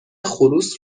خروس